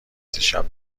دیشب